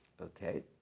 Okay